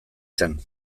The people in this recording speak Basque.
zen